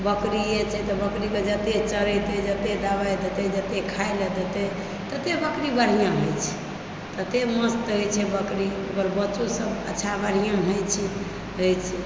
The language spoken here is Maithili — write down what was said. बकरिए छै तऽ बकरीकेँ जतेक चरेतै जतेक दवाइ देतै जतेक खाइ लेल देतै ततेक बकरी बढ़िआँ होइत छै ततेक मस्त होइत छै बकरी ओकर बच्चोसभ अच्छा बढ़िआँ होइत छै रहैत छै